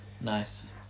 Nice